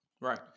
right